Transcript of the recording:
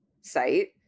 site